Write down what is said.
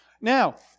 Now